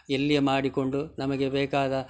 ಇಲ್ಲಿಯೆ ಮಾಡಿಕೊಂಡು ನಮಗೆ ಬೇಕಾದ